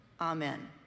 Amen